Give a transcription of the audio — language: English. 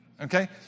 okay